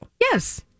Yes